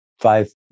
five